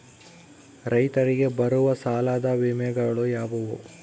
ರೈತರಿಗೆ ಬರುವ ಸಾಲದ ವಿಮೆಗಳು ಯಾವುವು?